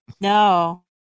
No